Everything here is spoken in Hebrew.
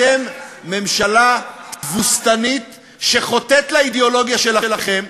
אתם ממשלה תבוסתנית שחוטאת לאידיאולוגיה שלכם,